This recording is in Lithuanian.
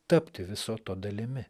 tapti viso to dalimi